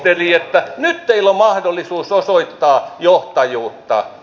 nyt teillä on mahdollisuus osoittaa johtajuutta